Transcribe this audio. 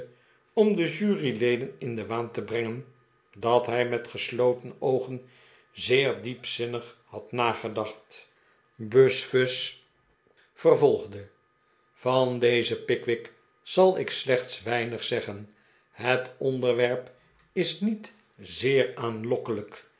om de juryleden in den waan te brengen dat hij met gesloten oogen zeer diepzinnig had nagedacht buzfuz vervolgde van dezen pickwick zal ik slechts weinig zeggen het onderwerp is niet zeer